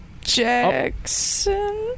Jackson